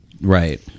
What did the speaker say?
Right